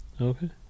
okay